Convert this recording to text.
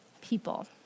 people